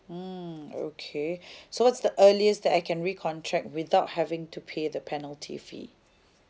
mm okay so what's the earliest that I can recontract without having to pay the penalty fee